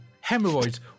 Hemorrhoids